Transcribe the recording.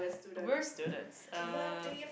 we're students uh